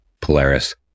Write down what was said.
Polaris